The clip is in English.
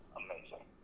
amazing